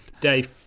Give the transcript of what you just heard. Dave